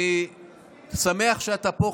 אני שמח שאתה פה,